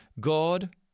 God